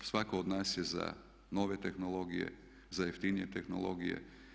Svatko od nas je za nove tehnologije, za jeftinije tehnologije.